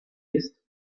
ist